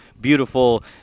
beautiful